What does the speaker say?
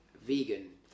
vegan